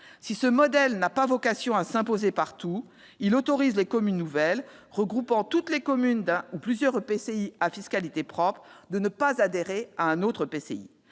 Si ce modèle n'a pas vocation à s'imposer partout, il autorise les communes nouvelles regroupant toutes les communes d'un ou de plusieurs EPCI à fiscalité propre à ne pas adhérer à un autre EPCI.